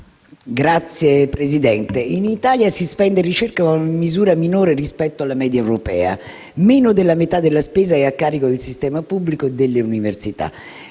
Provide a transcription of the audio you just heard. Signor Ministro, in Italia si spende in ricerca in misura minore rispetto alla media europea. Meno della metà della spesa è a carico del sistema pubblico e delle università;